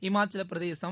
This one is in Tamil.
இமாச்சல பிரதேசம்